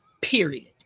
period